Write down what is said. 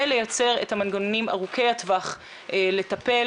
ולייצר את המנגנונים ארוכי הטווח לטפל